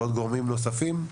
בגורמים נוספים,